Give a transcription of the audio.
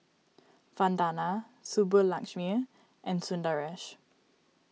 Vandana Subbulakshmi and Sundaresh